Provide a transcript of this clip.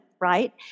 Right